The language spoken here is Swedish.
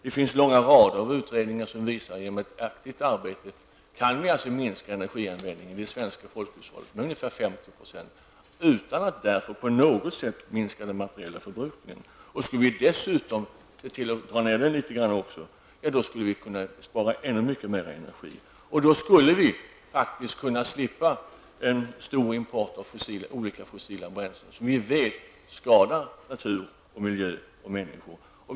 Det finns åtskilliga utredningar som visar att man genom ett aktivt arbete kan minska energianvändningen i det svenska folkhushållet med ungefär 50 %, utan att minska den materiella förbrukningen. Skulle vi också dra ner förbrukningen något, skulle vi kunna spara ännu mera energi. Då skulle vi kunna slippa en stor import av olika fossila bränslen, som vi vet skadar natur, miljö och människor.